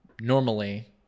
normally